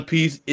Piece